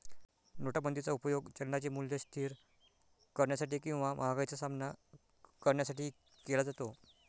नोटाबंदीचा उपयोग चलनाचे मूल्य स्थिर करण्यासाठी किंवा महागाईचा सामना करण्यासाठी केला जातो